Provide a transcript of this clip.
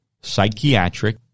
psychiatric